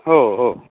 हो हो